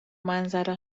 منظره